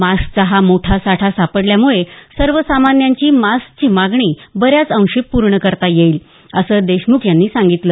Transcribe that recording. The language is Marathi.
मास्कचा हा मोठा साठा सापडल्यामुळे सर्वसामान्यांची मास्कची मागणी बऱ्याच अंशी पूर्ण करता येईल असं देशमुख यांनी सांगितलं